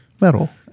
metal